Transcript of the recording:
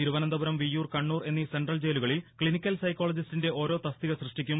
തിരുവനന്തപുരം വിയ്യൂർ കണ്ണൂർ എന്നീ സെൻട്രൽ ജയിലുകളിൽ ക്സിനിക്കൽ സൈക്കോളജിസ്റ്റിന്റെ ഓരോ തസ്തിക സൃഷ്ടിക്കും